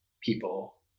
people